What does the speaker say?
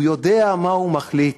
הוא יודע מה הוא מחליט.